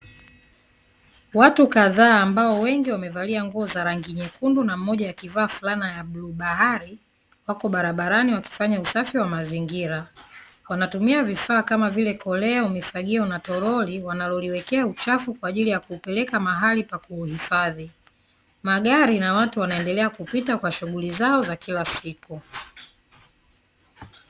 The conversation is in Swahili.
Watu kadhaa ambao wengi wamevalia nguo za rangi nyekundu na moja ya kivaa fulana ya bluu bahari, wako barabarani wakifanya usafi wa mazingira, wanatumia vifaa kama vile koleo, mifagio na toroli, wanaloliwekea uchafu kwa ajili ya kuupeleka mahali pa kuhifadhi. Magari na watu wanaendelea kupita, kwa shughuli zao za kila siku.